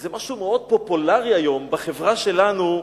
זה משהו מאוד פופולרי היום בחברה שלנו,